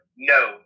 No